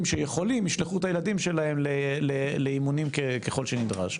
שיכולים ישלחו את הילדים שלהם לאימונים ככל שנדרש.